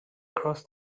cross